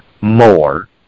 more